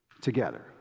together